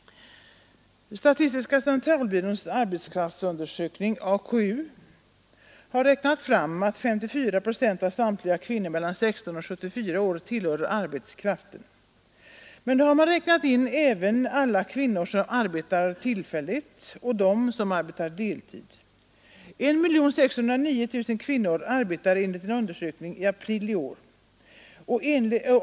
Statistiska centralbyråns arbetskraftsundersökning har räknat fram att 54 procent av samtliga kvinnor mellan 16 och 74 år tillhör arbetskraften. Men då har man. räknat in även alla kvinnor som arbetar tillfälligt och dem som arbetar deltid. 1 609 000 kvinnor arbetade enligt en undersökning i april i år.